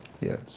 yes